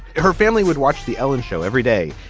her family would watch the ellen show every day.